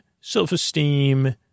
self-esteem